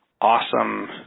awesome